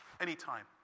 anytime